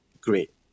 great